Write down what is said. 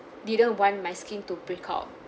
didn't want my skin to break out